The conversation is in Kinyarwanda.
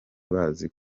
bazi